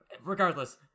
Regardless